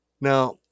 now